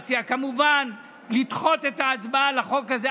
מציע כמובן לדחות את ההצבעה על החוק הזה.